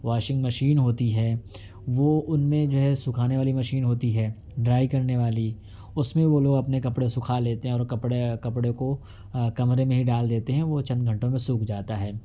washing machine ہوتی ہے وہ ان میں جو ہے سکھانے والی مشین ہوتی ہے ڈرائی کرنے والی اس میں وہ لوگ اپنے کپڑے سکھا لیتے ہیں اور کپڑے کپڑے کو کمرے میں ہی ڈال دیتے ہیں وہ چند گھنٹوں میں سوکھ جاتا ہے